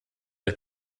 der